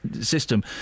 system